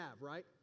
right